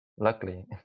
luckily